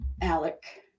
Alec